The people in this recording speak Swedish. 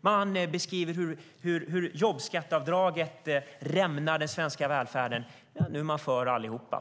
De har beskrivit hur jobbskatteavdragen fått den svenska välfärden att rämna. Men nu är de för allihop.